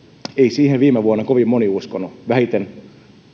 siihen viime vuonna kovin moni uskonut